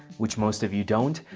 which most of you don't,